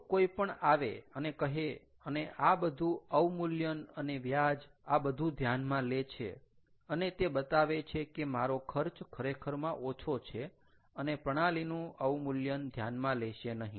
જો કોઈ પણ આવે અને કહે અને આ બધું અવમૂલ્યન અને વ્યાજ આ બધું ધ્યાનમાં લે છે અને તે બતાવે છે કે મારો ખર્ચ ખરેખરમાં ઓછો છે અને પ્રણાલીનું અવમૂલ્યન ધ્યાનમાં લેશે નહીં